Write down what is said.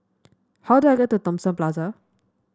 how do I get to Thomson Plaza